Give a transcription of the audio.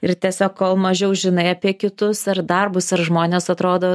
ir tiesiog kol mažiau žinai apie kitus ar darbus ar žmones atrodo